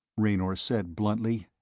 raynor said bluntly.